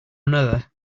another